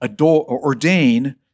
Ordain